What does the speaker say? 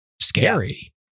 scary